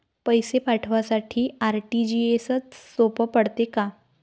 पैसे पाठवासाठी आर.टी.जी.एसचं सोप पडते का?